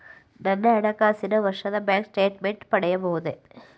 ನನ್ನ ಹಣಕಾಸಿನ ವರ್ಷದ ಬ್ಯಾಂಕ್ ಸ್ಟೇಟ್ಮೆಂಟ್ ಪಡೆಯಬಹುದೇ?